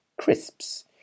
crisps